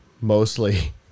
mostly